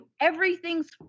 Everything's